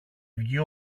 βγει